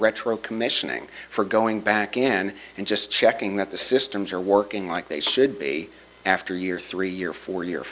retro commissioning for going back again and just checking that the systems are working like they should be after your three year four y